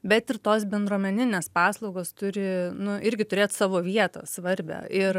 bet ir tos bendruomeninės paslaugos turi nu irgi turėt savo vietą svarbią ir